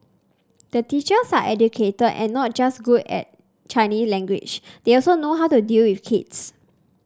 the teachers are educated and not just good in Chinese language they also know how to deal with kids